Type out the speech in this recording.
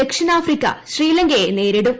ദക്ഷിണാഫ്രിക്ക ശ്രീലങ്കയെ നേരിടും